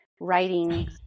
writing